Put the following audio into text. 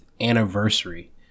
anniversary